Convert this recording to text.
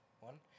one